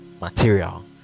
material